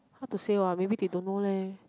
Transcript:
hard to say what maybe they don't know leh